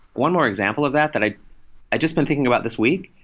one more example of that that i i just been thinking about this week,